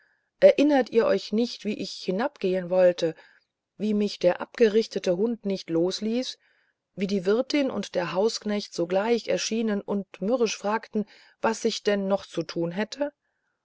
erinnert ihr euch nicht wie ich hinabgehen wollte wie mich der abgerichtete hund nicht losließ wie die wirtin und der hausknecht sogleich erschienen und mürrisch fragten was ich denn noch zu tun hätte